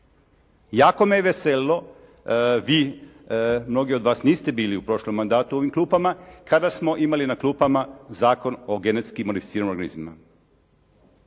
Jako me veselilo, vi mnogi od vas niste bili u prošlom mandatu u ovim klupama kada smo imali na klupama Zakon o genetski modificiranim organizmima.